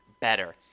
better